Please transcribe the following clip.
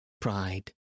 pride